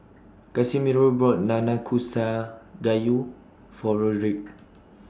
Casimiro bought Nanakusa Gayu For Roderick